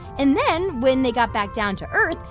and then when they got back down to earth,